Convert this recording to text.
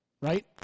right